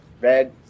Red